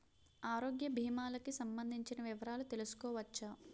ఆరోగ్య భీమాలకి సంబందించిన వివరాలు తెలుసుకోవచ్చా?